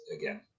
again